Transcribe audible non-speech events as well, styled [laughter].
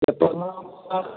कितना [unintelligible]